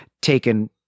taken